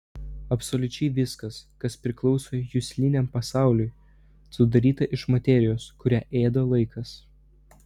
absoliučiai viskas kas priklauso jusliniam pasauliui sudaryta iš materijos kurią ėda laikas